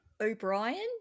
O'Brien